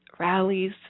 Rallies